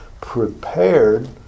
prepared